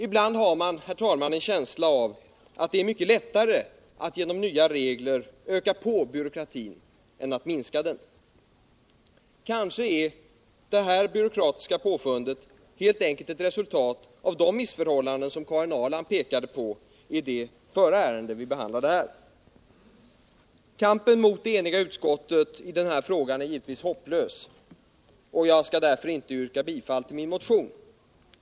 Ibland har man, herr talman, en känsla av att det är mycket lättare att genom nya regler öka på byråkratin än att minska den. Kanske är det här byråkratiska påfundet helt enkelt ett resultat av de missförhållanden som Karin Ahrland påpekade i det förra ärendet vi här behandlade. Kampen mot det eniga utskottet i denna fråga är givetvis hopplös, och jag skall därför inte yrka bifall till min motion.